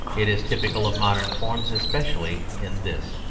it is typical of modern forms especially in this,